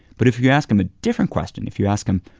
but if you ask them a different question, if you ask them,